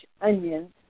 onions